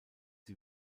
sie